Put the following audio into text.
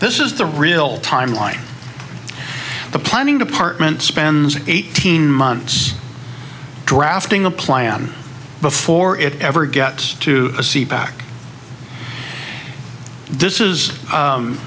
this is the real time line the planning department spends eighteen months drafting the plan before it ever gets to see pac this is